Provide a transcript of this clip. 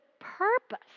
purpose